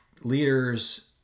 leaders